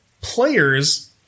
players